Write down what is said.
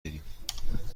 بریم